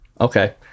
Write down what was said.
Okay